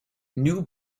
new